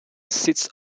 sits